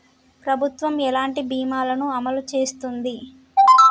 ప్రభుత్వం ఎలాంటి బీమా ల ను అమలు చేస్తుంది?